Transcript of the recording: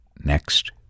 next